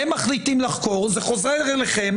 הם מחליטים לחקור, זה חוזר אליכם.